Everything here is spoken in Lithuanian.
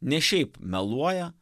ne šiaip meluoja